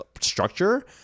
structure